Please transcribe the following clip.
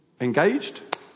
Engaged